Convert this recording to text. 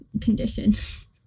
condition